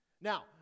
Now